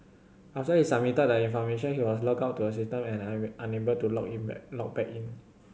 after he submitted the information he was logged out of the system and unable to log in log back in